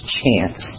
chance